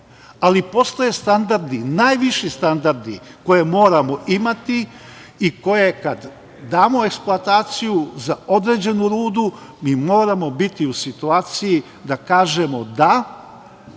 ali postoje standardi, najviši standardi koje moramo imati i koje kad damo eksploataciju za određenu rudu, mi moramo biti u situaciji da kažemo -da,